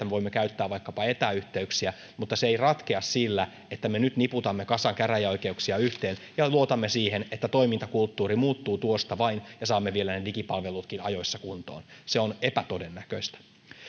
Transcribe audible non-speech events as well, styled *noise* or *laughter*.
*unintelligible* voimme käyttää vaikkapa etäyhteyksiä mutta se ei ratkea sillä että me nyt niputamme kasan käräjäoikeuksia yhteen ja luotamme siihen että toimintakulttuuri muuttuu tuosta vain ja saamme vielä ne digipalvelutkin ajoissa kuntoon se on epätodennäköistä